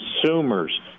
consumers